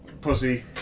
Pussy